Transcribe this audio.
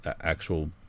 actual